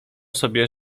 sobie